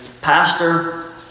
pastor